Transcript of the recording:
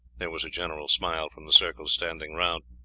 there was a general smile from the circle standing round,